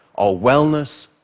our wellness,